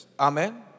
Amen